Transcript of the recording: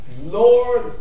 Lord